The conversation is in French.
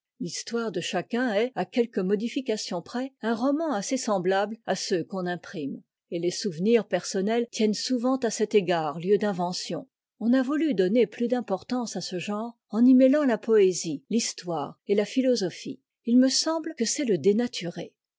l'histoire de chacun est à quetques modifications près un roman assez semblable à ceux qu'on imprime et les souvenirs personnels tiennent souvent à cet égard lieu d'invention on a voulu donner plus d'importance à ce genre en y mêlant la poésie l'histoire et la philosophie il me semble que c'est le dénaturer